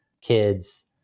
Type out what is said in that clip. kids